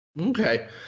Okay